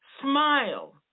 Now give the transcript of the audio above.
smile